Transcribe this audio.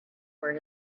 where